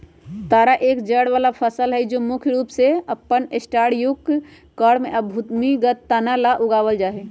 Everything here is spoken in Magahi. तारा एक जड़ वाला फसल हई जो मुख्य रूप से अपन स्टार्चयुक्त कॉर्म या भूमिगत तना ला उगावल जाहई